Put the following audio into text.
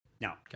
Now